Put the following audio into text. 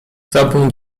tobą